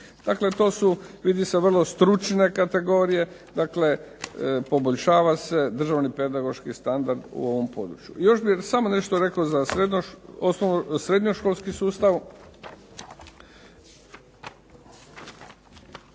Dakle to su, vidi se vrlo stručne kategorije, dakle poboljšava se državni pedagoški standard u ovom području. Još bih samo nešto rekao za srednjoškolski sustav.